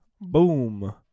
boom